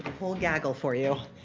whole gaggle for you.